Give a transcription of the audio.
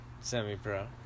Semi-Pro